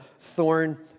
thorn